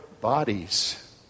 bodies